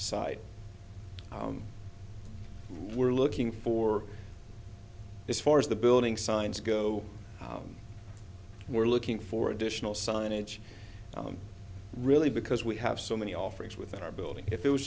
site we're looking for this far as the building signs go we're looking for additional signage really because we have so many offerings within our building if it was